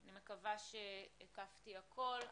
אני מקווה שהקפתי הכול.